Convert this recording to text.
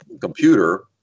computer